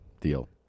Deal